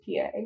PA